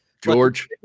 George